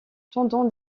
tendon